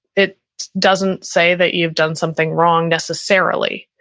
it doesn't say that you've done something wrong necessarily.